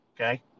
okay